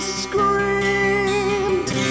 screamed